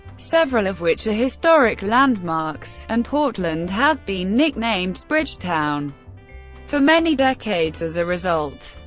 several of which are historic landmarks, and portland has been nicknamed bridgetown for many decades as a result.